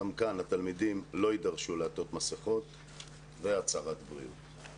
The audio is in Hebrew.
גם כאן התלמידים לא יידרשו לעטות מסיכות אלא להביא הצהרת בריאות.